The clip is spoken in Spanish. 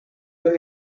los